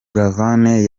buravan